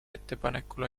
ettepanekul